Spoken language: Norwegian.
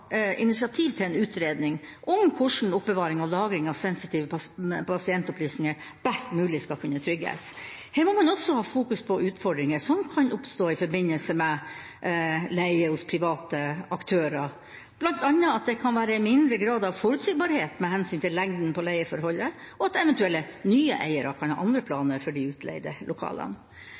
initiativ til en utredning om hvordan oppbevaring og lagring av sensitive pasientopplysninger best mulig skal kunne trygges. Her må man også ha fokus på utfordringer som kan oppstå i forbindelse med leie hos private aktører, bl.a. at det kan være mindre grad av forutsigbarhet med hensyn til lengden på leieforholdet, og at eventuelle nye eiere kan ha andre planer for de utleide lokalene.